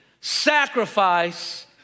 sacrifice